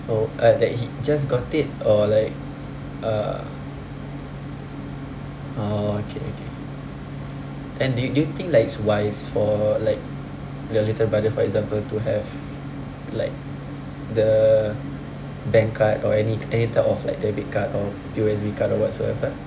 oh uh that he just got it or like uh orh okay okay and do do you think like it's wise for like your little brother for example to have like the bank card or any any type of like debit card or P_O_S_B card or whatsoever